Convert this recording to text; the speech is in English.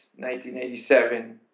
1987